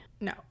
No